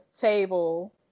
table